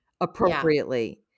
appropriately